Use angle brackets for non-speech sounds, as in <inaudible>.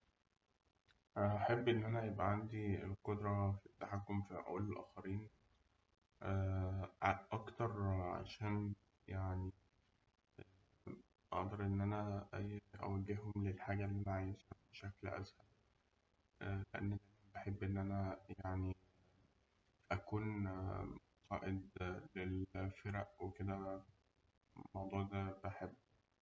هأحب إن أنا يبقى عندي القدرة للتحكم في عقول الآخرين <hesitation> أكتر يعني عشان أقدر إن أنا أوجههم للحاجة اللي أنا عايزها، لأن بحب إن أنا يعني أكون قائد للفرق وكده، الموضوع ده بحبه.